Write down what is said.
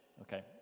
okay